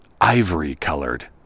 ivory-colored